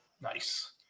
Nice